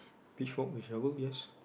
pitch fork with shovel yes